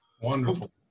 Wonderful